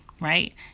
right